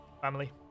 Family